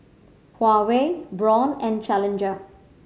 Huawei Braun and Challenger